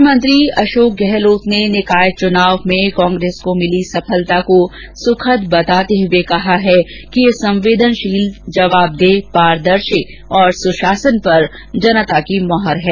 मुख्यमंत्री अशोक गहलोत ने निकाय चुनाव में कांग्रेस को मिली सफलता को सुखद बताते हुए कहा कि यह संवेदनशील जवाबदेह पारदर्शी और सुशासन पर जनता की मुहर है